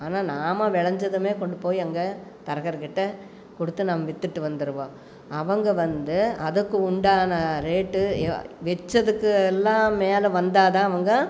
ஆனால் நாம் வெளைஞ்சதுமே கொண்டு போய் அங்கே தரகர்கிட்டே கொடுத்து நம்ம வித்துட்டு வந்துடுவோம் அவங்க வந்து அதுக்கு உண்டான ரேட்டு வெச்சதுக்கு எல்லாம் மேலே வந்தால் தான் அவங்க